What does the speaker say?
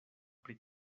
pri